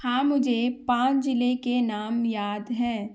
हाँ मुझे पाँच जिले के नाम याद हैं